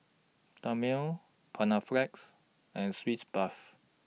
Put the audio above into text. Dermale Panaflex and Sitz Bath